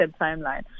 timeline